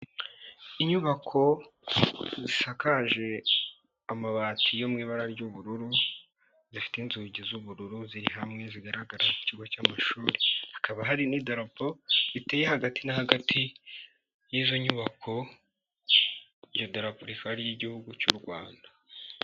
Inyubako zisakaje amabati yo mu ibara ry'ubururu zifite inzugi z'ubururu ziri hamwe, zigaragara mu kigo cy'amashuri, hakaba hari n'idarapo riteye hagati na hagati y'izo nyubako, iryo darapo rikaba ari iry'igihugu cy'u Rwanda.